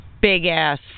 big-ass